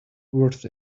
worth